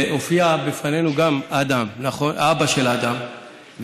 והופיע בפנינו גם אבא של אדם,